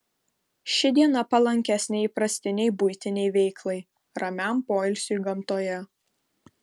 ši diena palankesnė įprastinei buitinei veiklai ramiam poilsiui gamtoje